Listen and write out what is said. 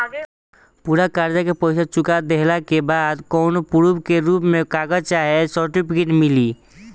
पूरा कर्जा के पईसा चुका देहला के बाद कौनो प्रूफ के रूप में कागज चाहे सर्टिफिकेट मिली?